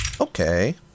Okay